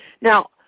Now